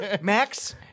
Max